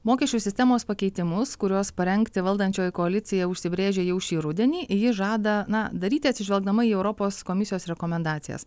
mokesčių sistemos pakeitimus kuriuos parengti valdančioji koalicija užsibrėžė jau šį rudenį ji žada na daryti atsižvelgdama į europos komisijos rekomendacijas